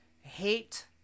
hate